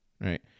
right